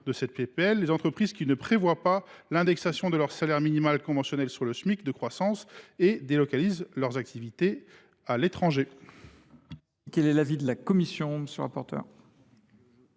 de loi les entreprises qui ne prévoient pas l’indexation de leur salaire minimal conventionnel sur le Smic et qui délocalisent leurs activités à l’étranger.